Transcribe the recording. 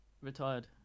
Retired